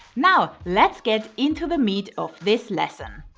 now let's get into the meat of this lesson.